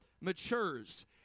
matures